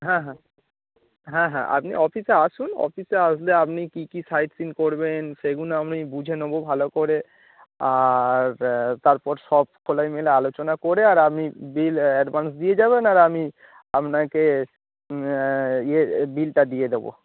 হ্যাঁ হ্যাঁ হ্যাঁ হ্যাঁ আপনি অফিসে আসুন অফিসে আসলে আপনি কী কী সাইট সিন করবেন সেগুনো আমি বুঝে নোবো ভালো করে আর তারপর সব খোলাই মেলায় আলোচনা করে আর আপনি বিল অ্যা অ্যাডভান্স দিয়ে যাবেন আর আমি আপনাকে ইয়ে বিলটা দিয়ে দোবো